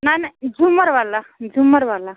न न झूमर वाला झूमर वाला